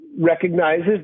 recognizes